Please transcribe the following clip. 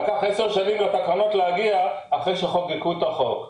לקח עשר שנים לתקנות להגיע אחרי שחוקקו את החוק.